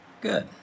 Good